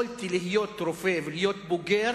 יכולתי להיות רופא ולהיות בוגר